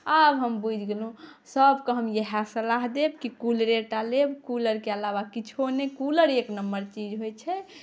आब हम बुझि गेलहुँ सबके हम इएह सलाह देब कि कूलरेटा लेब कूलरके अलावा किछु नहि कूलर एक नम्बर चीज होइ छै